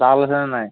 জাল আছে নে নাই